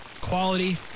Quality